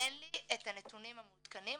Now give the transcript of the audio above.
אין לי את הנתונים המעודכנים,